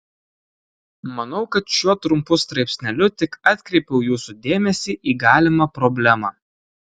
manau kad šiuo trumpu straipsneliu tik atkreipiau jūsų dėmesį į galimą problemą